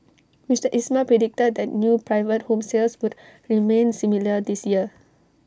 Mister Ismail predicted that new private home sales would remain similar this year